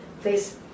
please